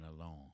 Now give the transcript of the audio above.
alone